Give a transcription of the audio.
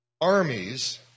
armies